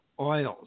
oils